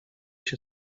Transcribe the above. się